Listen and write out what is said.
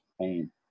pain